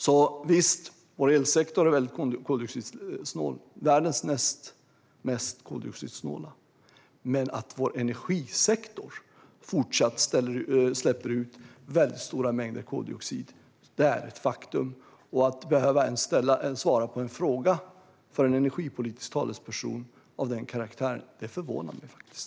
Vår elsektor är alltså väldigt koldioxidsnål - visst, den är världens näst mest koldioxidsnåla - men att vår energisektor fortsatt släpper ut väldigt stora mängder koldioxid är ett faktum. Att ens behöva svara på en fråga av den karaktären från en energipolitisk talesperson förvånar mig faktiskt.